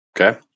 Okay